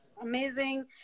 Amazing